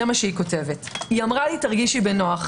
זה מה שהיא כותבת: היא אמרה לי: תרגישי בנוח.